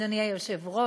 אדוני היושב-ראש,